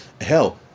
hell